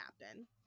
captain